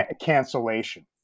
cancellation